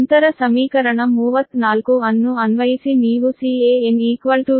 ನಂತರ ಸಮೀಕರಣ 34 ಅನ್ನು ಅನ್ವಯಿಸಿ ನೀವು Can 0